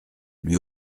lui